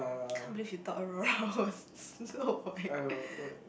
can't believe you thought Aurora was Snow White